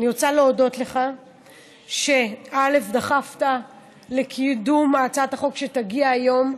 אני רוצה להודות לך על שדחפת לקידום הצעת החוק שתגיע היום,